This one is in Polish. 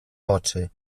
oczy